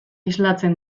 islatzen